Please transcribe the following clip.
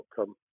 outcome